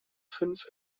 fünf